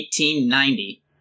1890